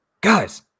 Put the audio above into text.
guys